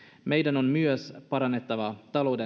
meidän on myös parannettava talouden tuottavuutta